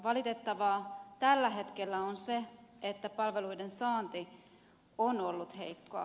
valitettavaa tällä hetkellä on se että palveluiden saanti on ollut heikkoa